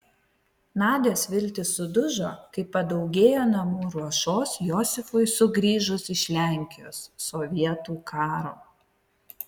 nadios viltys sudužo kai padaugėjo namų ruošos josifui sugrįžus iš lenkijos sovietų karo